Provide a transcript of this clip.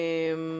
תודה.